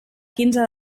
quinze